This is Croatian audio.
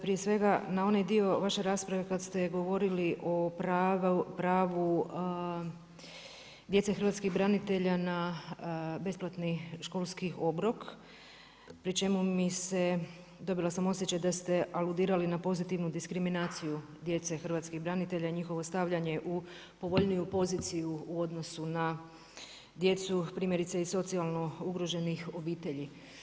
Prije svega na onaj dio vaše rasprave kad ste govorili o pravu djece hrvatskih branitelja na besplatni školski obrok pri čemu mi se, dobila sam osjećaj, da ste aludirali na pozitivnu diskriminaciju djece hrvatskih branitelja i njihovo stavljanje u povoljniju poziciju u odnosu na djecu primjerice iz socijalno ugroženih obitelji.